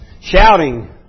shouting